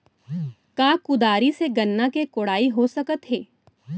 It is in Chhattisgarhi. का कुदारी से गन्ना के कोड़ाई हो सकत हे?